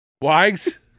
Wags